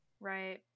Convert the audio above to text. Right